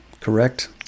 Correct